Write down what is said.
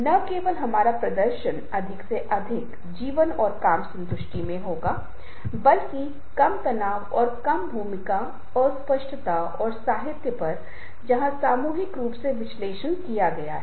दूसरी ओर यदि आप उन्हें कहानियां सुना रहे हैं और यहां तक कि उन्हें कालीपूजा के बारेमे एक मजेदार और उल्लास चीज़े बता रहे हैं तो इस छात्रों के लिए पूरे अर्थ बदल जाते हैं और वे अधिक महत्वपूर्ण रूप से बातचीत करना शुरू कर देते हैं